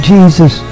Jesus